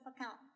Account